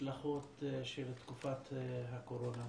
ההשלכות של תקופת הקורונה.